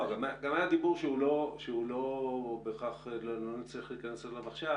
גם היה דיבור - שלא נצליח להיכנס אליו עכשיו